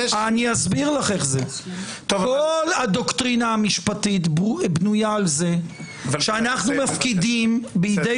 כל הדוקטרינה המשפטית בנויה על זה שאנו מפקידים בידי